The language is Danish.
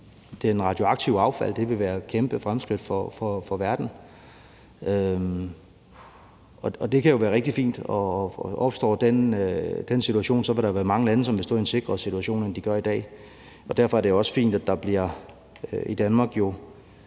uden det radioaktive affald – det ville være et kæmpe fremskridt for verden. Det kan jo være rigtig fint, og opstår den situation, så vil der være mange lande, som vil stå i en sikrere situation, end de gør i dag. Og derfor er det jo også fint, at der i Danmark